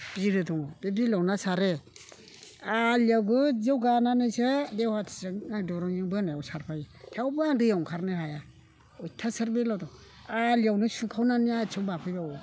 बिलो दङ बे बिलोआव ना सारो आलियाव गोज्जौ गानानैसो देवहाथिजों दुरुंजों बोनायाव सारफायो थेवबो आं दैयाव ओंखारनो हाया अयथासार बेद्लाव दं आलियावनो सुंनखावनानै आथिङाव बाफैबावो